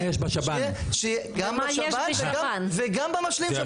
גם בשב"ן וגם במשלים.